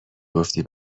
گفتی